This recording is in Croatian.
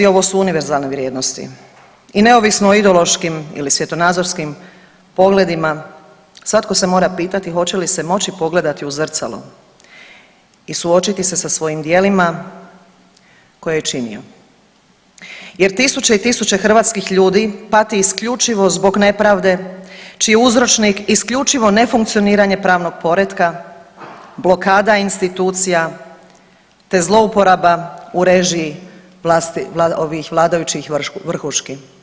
Ovo su univerzalne vrijednosti i neovisno o ideološkim ili svjetonazorskim pogledima svatko se mora pitati hoće li se moći pogledati u zrcalo i suočiti se sa svojim djelima koje je činio, jer tisuće i tisuće hrvatskih ljudi pati isključivo zbog nepravde čiji je uzročnik isključivo nefunkcioniranje pravnog poretka, blokada institucija te zlouporaba u režiji ovih vladajućih vrhuški.